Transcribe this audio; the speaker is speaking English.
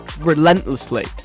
relentlessly